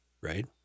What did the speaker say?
right